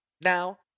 now